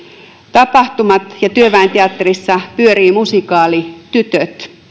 tapahtumat ja työväen teatterissa pyörii musikaali tytöt